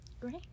Great